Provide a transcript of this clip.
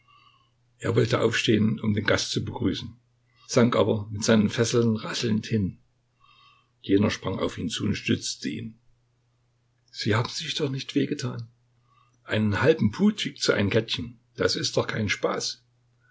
er wollte aufstehen um den gast zu begrüßen sank aber mit seinen fesseln rasselnd hin jener sprang auf ihn zu und stützte ihn sie haben sich doch nicht weh getan einen halben pud wiegt so ein kettchen das ist doch kein spaß